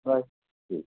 bye ठीक